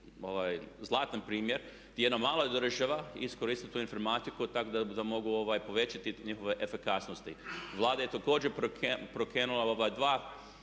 zlatan primjer jedna mala država iskoristi tu informatiku tako da bi eto mogli povećati te njihove efikasnosti. Vlada je također pokrenula dva ova